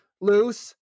loose